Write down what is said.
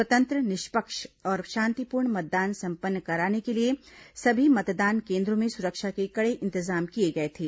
स्वतंत्र निष्पक्ष और शांतिपूर्ण मतदान संपन्न कराने के लिए सभी मतदान केन्द्रों में सुरक्षा के कड़े इंतजाम किए गए थे